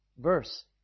verse